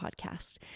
Podcast